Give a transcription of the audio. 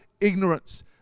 ignorance